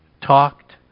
talked